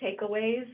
takeaways